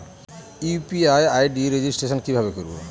UPI ID registration কিভাবে করব?